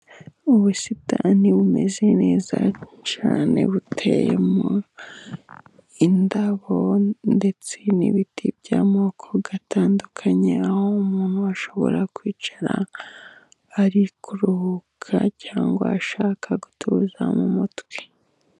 Ubusitani bumeze neza cyane buteyemo indabo ndetse n'ibiti by'amoko atandukanye aho umuntu ashobora kwicara ari kuruhuka cyangwa ashaka gutuza mu mutwe.